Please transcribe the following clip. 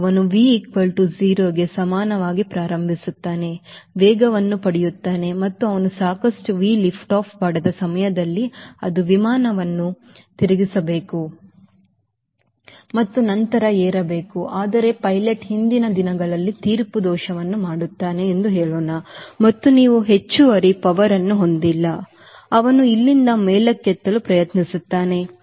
ಅವನು V 0 ಗೆ ಸಮನಾಗಿ ಪ್ರಾರಂಭಿಸುತ್ತಾನೆ ವೇಗವನ್ನು ಪಡೆಯುತ್ತಾನೆ ಮತ್ತು ಅವನು ಸಾಕಷ್ಟು V ಲಿಫ್ಟ್ ಆಫ್ ಪಡೆದ ಸಮಯದಲ್ಲಿ ಅದು ವಿಮಾನವನ್ನು ತಿರುಗಿಸಬೇಕು ಮತ್ತು ನಂತರ ಏರಬೇಕು ಆದರೆ ಪೈಲಟ್ ಹಿಂದಿನ ದಿನಗಳಲ್ಲಿ ತೀರ್ಪು ದೋಷವನ್ನು ಮಾಡುತ್ತಾನೆ ಎಂದು ಹೇಳೋಣ ಮತ್ತು ನೀವು ಹೆಚ್ಚುವರಿ powerಯನ್ನು ಹೊಂದಿಲ್ಲ ಮತ್ತು ಅವನು ಇಲ್ಲಿಂದ ಮೇಲಕ್ಕೆತ್ತಲು ಪ್ರಯತ್ನಿಸುತ್ತಾನೆ